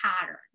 pattern